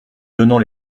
donnant